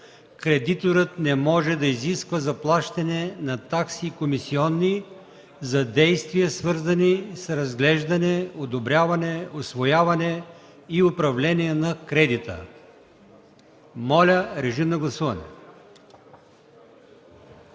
Кредиторът не може да изисква заплащане на такси и комисионни за действия, свързани с разглеждане, одобряване, усвояване и управление на кредита.” Моля, режим на гласуване.